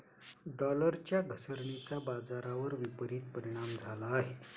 डॉलरच्या घसरणीचा बाजारावर विपरीत परिणाम झाला आहे